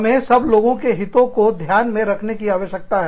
हमें सब लोगों के हितों को ध्यान में रखने की आवश्यकता है